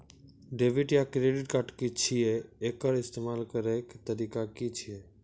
Debit या credit card की छियै? एकर इस्तेमाल करैक तरीका की छियै?